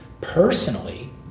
Personally